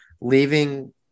leaving